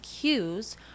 cues